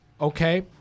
Okay